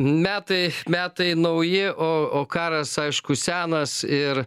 metai metai nauji o o karas aišku senas ir